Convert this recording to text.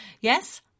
Yes